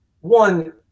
one